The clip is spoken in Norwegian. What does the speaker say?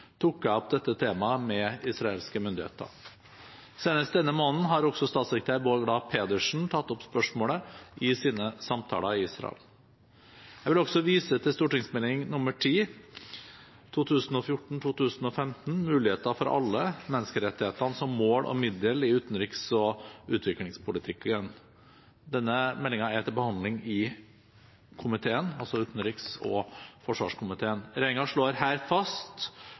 tok jeg opp dette temaet med israelske myndigheter. Senest denne måneden har også statssekretær Bård Glad Pedersen tatt opp spørsmålet i sine samtaler i Israel. Jeg vil også vise til Meld. St. l0 for 2014–2015, Muligheter for alle – menneskerettighetene som mål og middel i utenriks- og utviklingspolitikken. Denne meldingen er til behandling i utenriks- og forsvarskomiteen. Regjeringen slår her fast